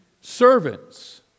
servants